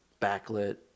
backlit